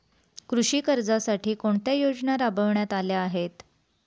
कृषी कर्जासाठी कोणत्या योजना राबविण्यात आल्या आहेत?